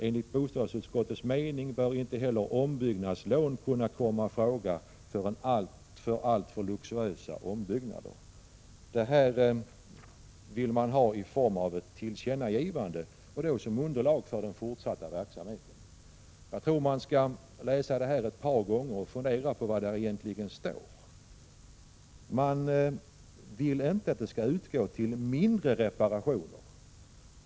Enligt bostadsutskottets mening bör inte heller ombyggnadslån kunna komma i fråga för alltför luxuösa ombyggnader.” Man vill att detta skall gälla i form av ett tillkännagivande avsett att vara underlag för den fortsatta verksamheten. Jag tror dock att man bör läsa reservationen ett par gånger och fundera över vad som egentligen sägs där. Man vill inte att bestämmelserna skall gälla mindre reparationer.